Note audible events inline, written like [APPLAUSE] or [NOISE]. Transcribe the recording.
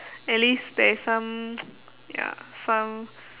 at least there is some [NOISE] ya some